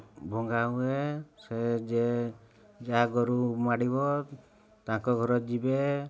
ଭଙ୍ଗା ହୁଏ ସେ ଯେ ଯାହା ଗୋରୁ ମାଡ଼ିବ ତାଙ୍କ ଘର ଯିବେ